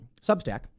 Substack